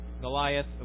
Goliath